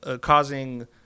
causing –